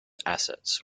assets